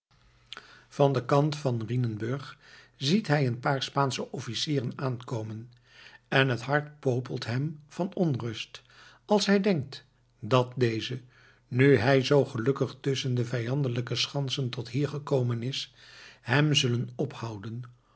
van den kant van rhinenburg ziet hij een paar spaansche officieren aankomen en het hart popelt hem van onrust als hij denkt dat deze nu hij zoo gelukkig tusschen de vijandelijke schansen tot hier gekomen is hem zullen ophouden